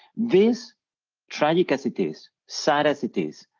these tragic as it is, sad as it is,